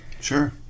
sure